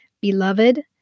Beloved